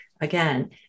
again